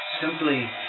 simply